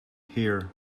here